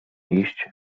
iść